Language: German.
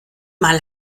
mal